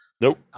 Nope